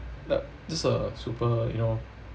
uh that's a super you know